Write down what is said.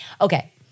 Okay